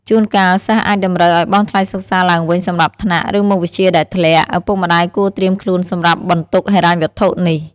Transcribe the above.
ជួនកាល សិស្សអាចតម្រូវឲ្យបង់ថ្លៃសិក្សាឡើងវិញសម្រាប់ថ្នាក់ ឬមុខវិជ្ជាដែលធ្លាក់ ឪពុកម្តាយគួរត្រៀមខ្លួនសម្រាប់បន្ទុកហិរញ្ញវត្ថុនេះ។